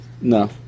no